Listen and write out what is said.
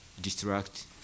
distract